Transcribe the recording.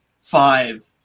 five